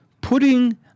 putting